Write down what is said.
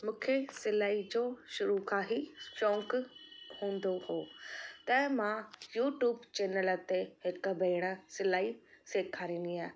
मूंखे सिलाईअ जो शुरू खां ई शौक़ु हूंदो हुओ त मां युट्यूब चैनल ते हिकु भेण सिलाई सेखारींदी आहे